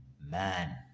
man